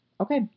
Okay